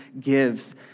gives